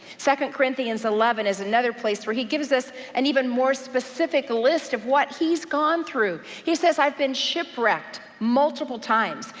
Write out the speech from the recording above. second corinthians eleven is another place where he gives us an even more specific list of what he's gone through. he says i've been shipwrecked multiple times.